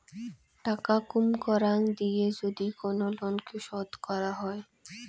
টাকা কুম করাং দিয়ে যদি কোন লোনকে শোধ করাং হই